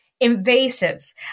invasive